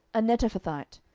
a netophathite,